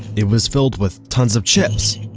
it was filled with tons of chips!